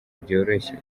byoroshye